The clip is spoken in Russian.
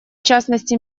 частности